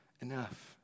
enough